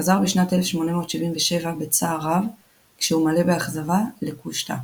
חזר בשנת 1887 בצער רב כשהוא מלא באכזבה לקושטא.